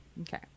Okay